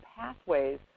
pathways